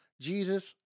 Jesus